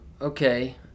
Okay